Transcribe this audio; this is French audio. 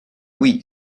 oui